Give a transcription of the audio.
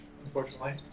Unfortunately